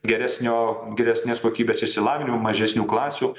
geresnio geresnės kokybės išsilavinimo mažesnių klasių